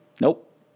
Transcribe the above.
Nope